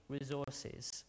resources